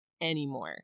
anymore